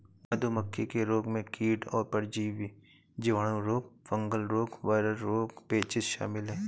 मधुमक्खी के रोगों में कीट और परजीवी, जीवाणु रोग, फंगल रोग, वायरल रोग, पेचिश शामिल है